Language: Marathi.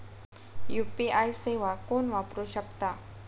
यू.पी.आय सेवा कोण वापरू शकता?